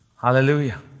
Hallelujah